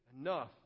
Enough